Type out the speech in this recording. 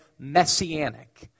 messianic